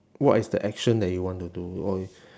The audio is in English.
what is the action that you want to do or you